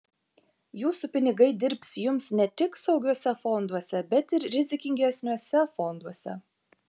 jūsų pinigai dirbs jums ne tik saugiuose fonduose bet ir rizikingesniuose fonduose